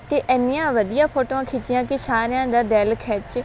ਅਤੇ ਇੰਨੀਆਂ ਵਧੀਆ ਫੋਟੋਆਂ ਖਿੱਚੀਆਂ ਕਿ ਸਾਰਿਆਂ ਦਾ ਦਿਲ ਖਿੱਚ